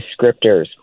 descriptors